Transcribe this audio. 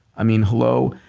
i mean, hello.